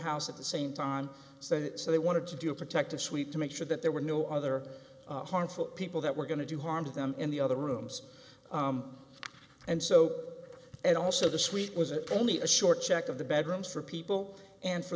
house at the same time that so they wanted to do a protective sweep to make sure that there were no other harmful people that were going to do harm to them in the other rooms and so and also the suite was only a short check of the bedrooms for people and for